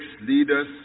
leaders